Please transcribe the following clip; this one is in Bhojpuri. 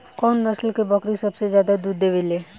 कउन नस्ल के बकरी सबसे ज्यादा दूध देवे लें?